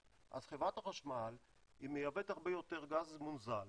אז חברת החשמל מייבאת הרבה יותר גז מונזל